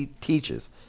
teaches